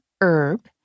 herb